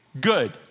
good